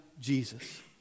Jesus